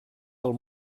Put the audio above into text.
del